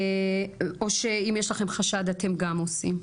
או שאם יש לכם חשד, אתם גם עושים?